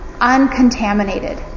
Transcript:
uncontaminated